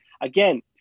again